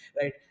right